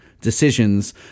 decisions